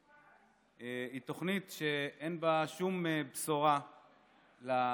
היא תוכנית שאין בה שום בשורה לעצמאים.